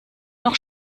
noch